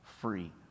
free